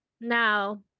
Now